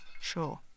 sure